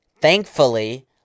thankfully